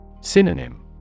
Synonym